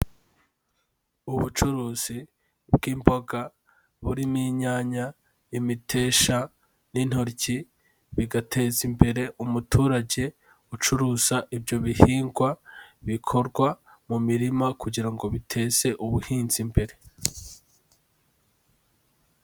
Ubucuruzi bw'imboga burimo inyanya, imiteja n'intoryi bigateza imbere umuturage ucuruza ibyo bihingwa bikorwa mu mirima kugira ngo biteze ubuhinzi imbere.